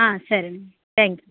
ಹಾಂ ಸರಿ thank you